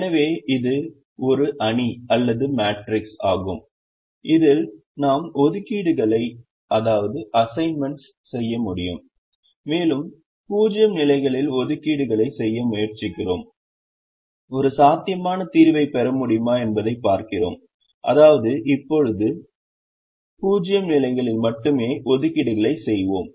எனவே இது ஒரு அணி மேட்ரிக்ஸ் ஆகும் இதில் நாம் ஒதுக்கீடுகளைச் செய்ய முடியும் மேலும் 0 நிலைகளில் ஒதுக்கீடு களைச் செய்ய முயற்சிக்கிறோம் ஒரு சாத்தியமான தீர்வைப் பெற முடியுமா என்பதைப் பார்க்கிறோம் அதாவது இப்போது 0 நிலைகளில் மட்டுமே ஒதுக்கீடுகளைச் செய்வோம்